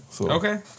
Okay